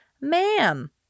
Ma'am